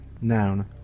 noun